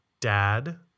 dad